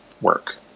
work